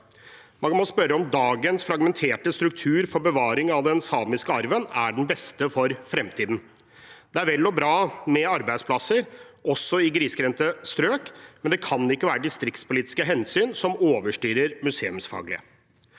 Man må spørre om dagens fragmenterte struktur for bevaring av den samiske arven er den beste for fremtiden. Det er vel og bra med arbeidsplasser også i grisgrendte strøk, men det kan ikke være distriktspolitiske hensyn som overstyrer museumsfaglige